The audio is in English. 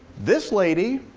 this lady,